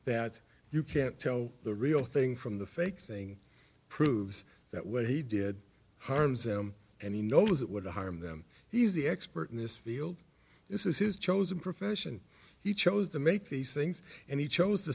that you can't tell the real thing from the fake thing proves that what he did harms them and he knows it would harm them he's the expert in this field this is his chosen profession he chose to make these things and he chose to